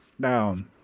Down